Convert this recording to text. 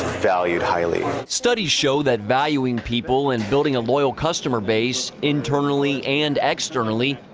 valued highly. studies show that valuing people and building a loyal customer base, internally and externally,